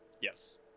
Yes